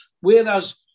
Whereas